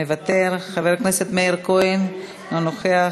מוותר, חבר הכנסת מאיר כהן, אינו נוכח,